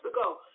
ago